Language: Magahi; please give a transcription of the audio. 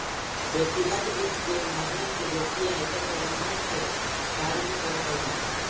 व्यक्तिगत वित्त के माध्यम से व्यक्ति आयकर प्रबंधन के कार्य भी करऽ हइ